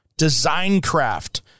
Designcraft